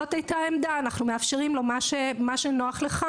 זו הייתה העמדה; תעשה מה שנוח לך.